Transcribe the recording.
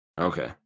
Okay